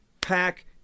pack